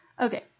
Okay